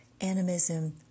animism